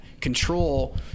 control